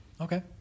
okay